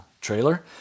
trailer